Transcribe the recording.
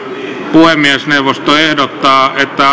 puhemiesneuvosto ehdottaa että